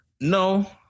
No